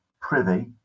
privy